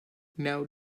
now